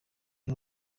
iri